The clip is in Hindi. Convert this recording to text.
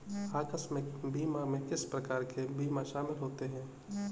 आकस्मिक बीमा में किस प्रकार के बीमा शामिल होते हैं?